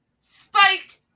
Spiked